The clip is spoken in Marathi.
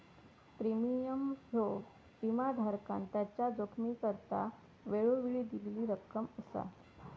प्रीमियम ह्यो विमाधारकान त्याच्या जोखमीकरता वेळोवेळी दिलेली रक्कम असा